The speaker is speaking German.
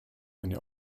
eine